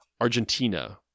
Argentina